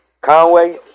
Conway